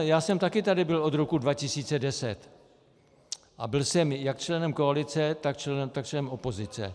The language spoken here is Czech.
Já jsem taky tady byl od roku 2010 a byl jsem jak členem koalice, tak členem opozice.